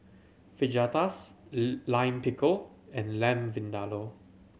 Fajitas Lime Pickle and Lamb Vindaloo